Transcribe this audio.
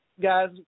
Guys